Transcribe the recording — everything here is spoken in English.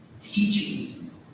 teachings